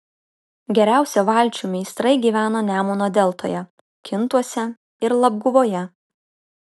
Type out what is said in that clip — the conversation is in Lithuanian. geriausi valčių meistrai gyveno nemuno deltoje kintuose ir labguvoje